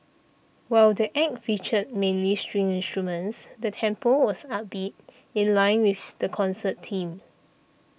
while the Act featured mainly string instruments the tempo was upbeat in line with the concert theme